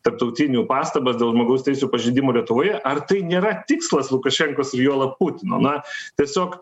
tarptautinių pastabas dėl žmogaus teisių pažeidimų lietuvoje ar tai nėra tikslas lukašenkos ir juolab putino na tiesiog